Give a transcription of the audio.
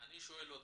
אני שואל אתכם,